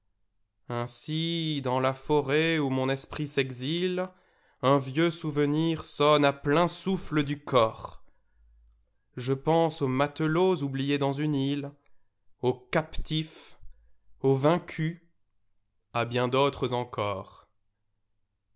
ainsi dans la forêt où mon esprit s'exile un vieux souvenir sonne à plein soufile du cor je pense aux matelots oubliés dans une île aux captifs aux vaincus à bien d'autres encor